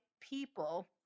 people